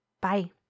Bye